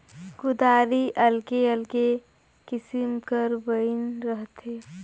कुदारी अलगे अलगे किसिम कर बइन रहथे